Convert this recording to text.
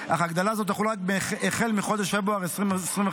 אך הגדלה זו תחול רק החל מחודש פברואר 2025,